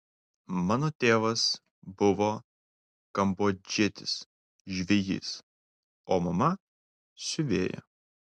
mano tėvas buvo kambodžietis žvejys o mama siuvėja